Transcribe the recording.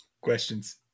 questions